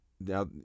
now